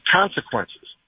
consequences